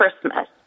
Christmas